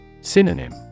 Synonym